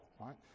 right